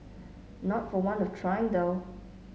not for want of trying though